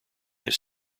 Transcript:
his